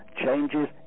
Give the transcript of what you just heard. changes